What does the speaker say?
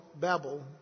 Babel